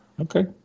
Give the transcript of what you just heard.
Okay